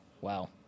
Wow